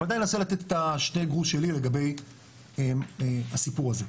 אבל עדיין אנסה לתת את שני הגרושים שלי לגבי הסיפור הזה.